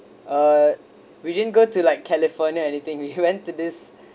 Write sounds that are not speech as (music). uh we didn't go to like california anything (laughs) we went to this